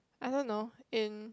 I don't know in